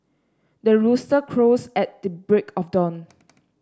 the rooster crows at the break of dawn